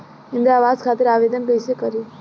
इंद्रा आवास खातिर आवेदन कइसे करि?